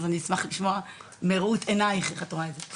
אז אני אשמח לשמוע מראות עיניך איך את רואה את זה?